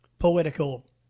political